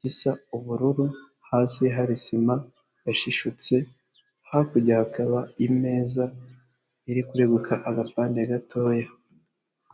gisa ubururu, hasi hari sima yashishutse hakurya hakaba imeza iri kureguka agapande gatoya.